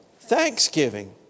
thanksgiving